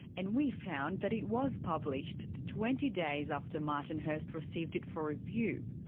and we found that it was published, twenty days after martin hirst received it for review.